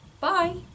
Bye